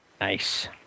Nice